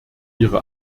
ihre